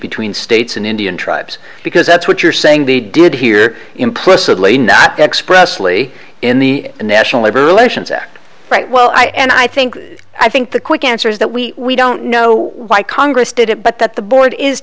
between states and indian tribes because that's what you're saying they did here implicitly not expressly in the national labor relations act right well i and i think i think the quick answer is that we we don't know why congress did it but that the board is